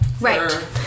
Right